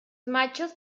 machos